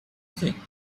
thing